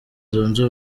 zunze